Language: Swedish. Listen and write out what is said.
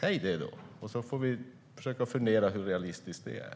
Säg det då, så får vi försöka fundera på hur realistiskt det är!